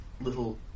little